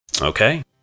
Okay